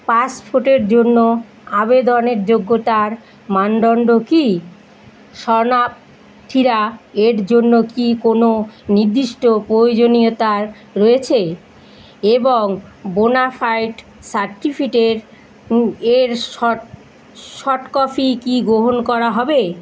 পাসপোর্টের জন্য আবেদনের যোগ্যতার মানদণ্ড কী শরণার্থীরা এর জন্য কী কোনো নির্দিষ্ট প্রয়োজনীয়তা রয়েছে এবং বোনাফায়েড সার্টিফিকেট এর সফট কপি কি গ্রহণ করা হবে